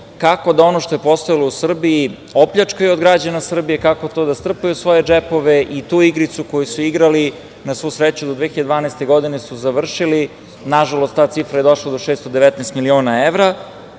kako da ono što je postojalo u Srbiji opljačkaju od građana Srbije, kako da to strpaju u svoje džepove. Tu igricu koju su igrali do 2012. godine na svu sreću su završili. Nažalost ta cifra je došla do 619 miliona evra,